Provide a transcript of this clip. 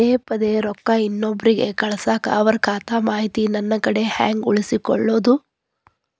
ಪದೆ ಪದೇ ರೊಕ್ಕ ಇನ್ನೊಬ್ರಿಗೆ ಕಳಸಾಕ್ ಅವರ ಖಾತಾ ಮಾಹಿತಿ ನನ್ನ ಕಡೆ ಹೆಂಗ್ ಉಳಿಸಿಕೊಳ್ಳೋದು?